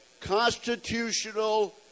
constitutional